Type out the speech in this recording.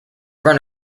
run